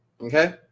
okay